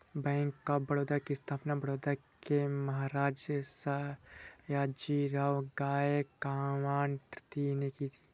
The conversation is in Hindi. बैंक ऑफ बड़ौदा की स्थापना बड़ौदा के महाराज सयाजीराव गायकवाड तृतीय ने की थी